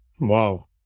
Wow